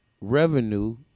revenue